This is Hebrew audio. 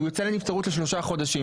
הוא יוצא לנבצרות לשלושה חודשים,